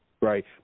Right